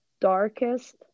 darkest